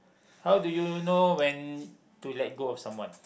how do you know when to let go of someone